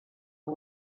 que